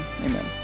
amen